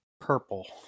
purple